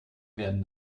werden